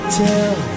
tell